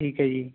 ਠੀਕ ਹੈ ਜੀ